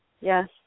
yes